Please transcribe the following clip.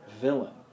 villain